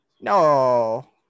No